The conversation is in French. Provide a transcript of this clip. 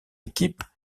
équipes